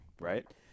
right